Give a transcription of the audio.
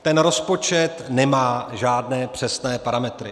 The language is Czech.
Ten rozpočet nemá žádné přesné parametry.